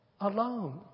alone